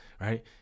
right